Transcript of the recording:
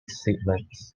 statements